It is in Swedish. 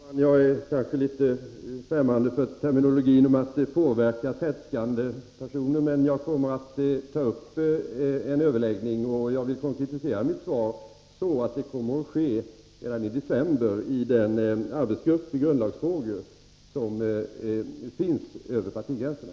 Herr talman! Jag är kanske litet främmande för terminologin ”att påverka tredskande personer”. Jag kommer emellertid att ta upp en överläggning, och jag vill konkretisera mitt svar genom att säga att det kommer att ske redan i december i den arbetsgrupp i grundlagsfrågor som finns, med representanter över partigränserna.